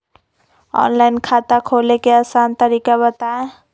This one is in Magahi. ऑनलाइन खाता खोले के आसान तरीका बताए?